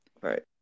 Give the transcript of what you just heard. Right